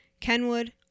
Kenwood